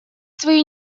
своей